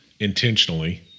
intentionally